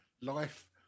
life